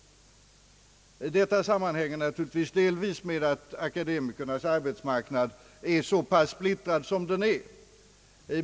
Detta sammanhänger helt naturligt delvis med att akademikernas arbetsmarknad är så pass splittrad.